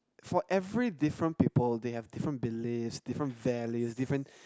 for every different people they have different beliefs different values different